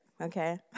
okay